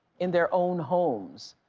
in their own homes.